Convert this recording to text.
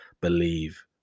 believe